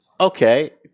Okay